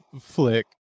flick